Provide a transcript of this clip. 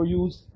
use